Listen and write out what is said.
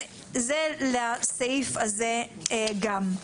זה לסעיף הזה גם.